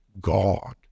God